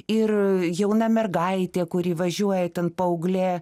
ir jauna mergaitė kuri važiuoja ten paauglė